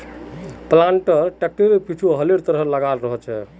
planter ट्रैक्टरेर पीछु हलेर तरह लगाल रह छेक